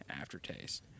aftertaste